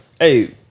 hey